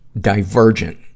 divergent